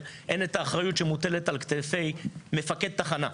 אין את האחריות שמוטלת על כתפי מפקד תחנה,